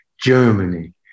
Germany